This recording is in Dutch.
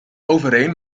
overeen